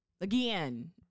again